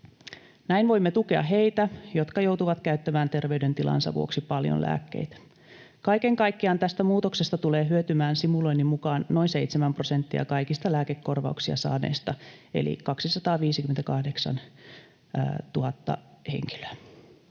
Näin voimme tukea heitä, jotka joutuvat käyttämään terveydentilansa vuoksi paljon lääkkeitä. Kaiken kaikkiaan tästä muutoksesta tulee hyötymään simuloinnin mukaan noin seitsemän prosenttia kaikista lääkekorvauksia saaneista eli 258 000 henkilöä.